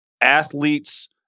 athletes